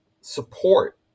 support